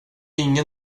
ingen